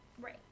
Right